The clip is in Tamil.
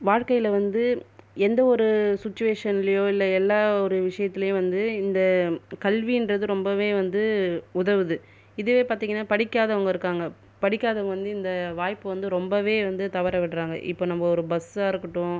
வாழ்க்கையில் வந்து எந்த ஒரு சுச்வேஷன்லயோ இல்லை எல்லா ஒரு விஷயத்திலியோ வந்து இந்த கல்வின்றது ரொம்பவே வந்து உதவுது இதுவே பார்த்தீங்கனா படிக்காதவங்கள் இருக்காங்கள் படிக்காதவங்கள் வந்து இந்த வாய்ப்பு வந்து ரொம்பவே வந்து தவற விடுறாங்கள் இப்போ நம்ம ஒரு பஸ்ஸாருக்கட்டும்